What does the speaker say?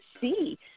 see